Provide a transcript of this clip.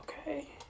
Okay